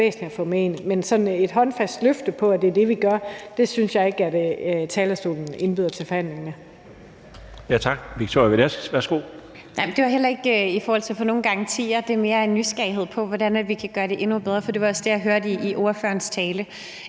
men sådan et håndfast løfte om, at det er det, vi gør, synes jeg ikke at talerstolen indbyder til forhandlinger